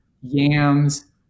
yams